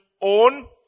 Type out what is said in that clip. own